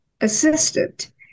assistant